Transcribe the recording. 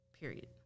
period